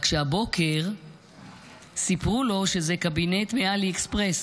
רק שהבוקר סיפרו לו שזה קבינט מעלי אקספרס